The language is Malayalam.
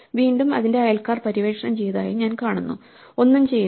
വീണ്ടും അതിന്റെ അയൽക്കാർ പര്യവേക്ഷണം ചെയ്തതായി ഞാൻ കാണുന്നു ഒന്നും ചെയ്യുന്നില്ല